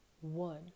one